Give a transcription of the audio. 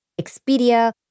Expedia